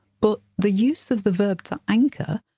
but the use of the verb to anchor,